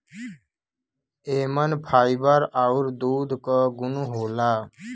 एमन फाइबर आउर दूध क गुन होला